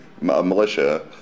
militia